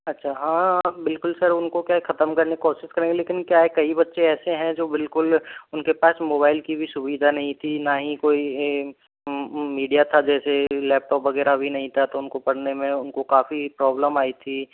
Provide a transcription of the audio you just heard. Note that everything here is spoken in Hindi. अच्छा हाँ हाँ हाँ बिल्कुल सर उनको क्या है ख़त्म करने कोशिश करेंगे लेकिन क्या है कई बच्चे ऐसे हैं जो बिल्कुल उनके पास मोबाइल की भी सुविधा नहीं थी ना ही कोई मीडिया था जैसे लैपटॉप वग़ैरह भी नहीं था तो उनको पढ़ने में उनको काफ़ी प्रॉब्लम आई थी